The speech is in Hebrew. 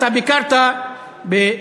אתה ביקרת בטייבה,